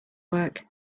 work